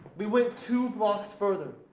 we went two blocks further,